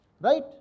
right